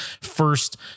first